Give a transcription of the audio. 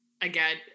again